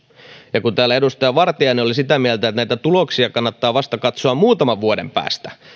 ja kun täällä edustaja vartiainen oli sitä mieltä että näitä tuloksia kannattaa katsoa vasta muutaman vuoden päästä